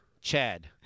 Chad